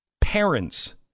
Parents